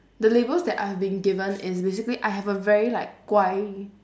the labels that I've been given is basically I have a very like 乖